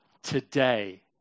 Today